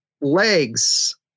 legs